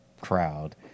crowd